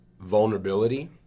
vulnerability